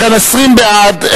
ההצעה להעביר את